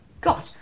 God